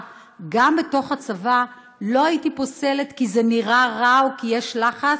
גם בתוך הצבא לא הייתי פוסלת כי זה נראה רע או כי יש לחץ,